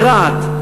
ברהט,